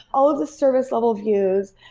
all of the service level views.